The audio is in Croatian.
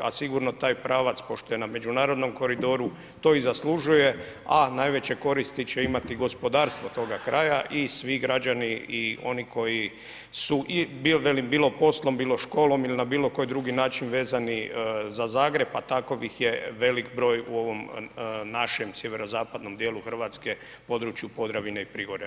a sigurno taj pravac pošto je na međunarodnom koridoru, to i zaslužuje, a najveće koristi će imati gospodarstvo toga kraja i svi građani i oni koji su i bilo, velim, bilo poslom, bilo školom ili na bilo koji drugi način vezani za Zagreb, a takovih je velik broj u ovom našem sjeverozapadnom dijelu RH, području Podravine i Prigorja.